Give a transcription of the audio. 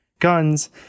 guns